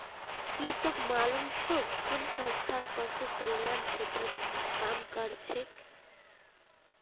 की तोक मालूम छोक कुन संस्था पशु कल्याण क्षेत्रत काम करछेक